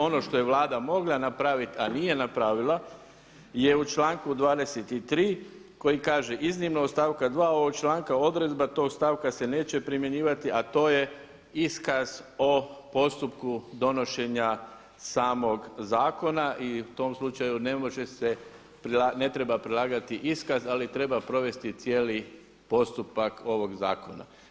Ono što je Vlada mogla napravit a nije napravila je u članku 23. koji kaže „Iznimno od stavka 2. ovog članka odredba tog stavka se neće primjenjivati a to je iskaz o postupku donošenja samog zakona.“ I u tom slučaju ne može se, ne treba prilagati iskaz ali treba provesti cijeli postupak ovog zakona.